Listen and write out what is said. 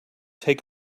take